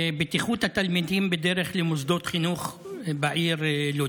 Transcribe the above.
בטיחות התלמידים בדרך למוסדות חינוך בעיר לוד.